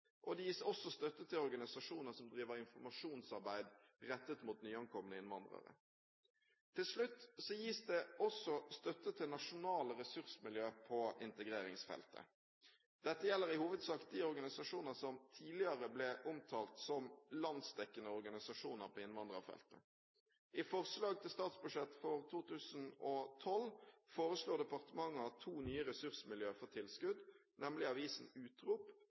Det gis også støtte til organisasjoner som driver informasjonsarbeid rettet mot nyankomne innvandrere. Til slutt gis det støtte til nasjonale ressursmiljø på integreringsfeltet. Dette gjelder i hovedsak de organisasjoner som tidligere ble omtalt som «landsdekkende organisasjoner på innvandrerfeltet». I forslag til statsbudsjett for 2012 foreslår departementet at to nye ressursmiljø får tilskudd, nemlig avisen Utrop